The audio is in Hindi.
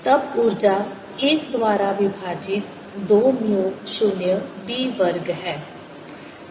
तब ऊर्जा 1 द्वारा विभाजित 2 म्यू 0 b वर्ग है